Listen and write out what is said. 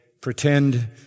pretend